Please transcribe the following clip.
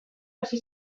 hasi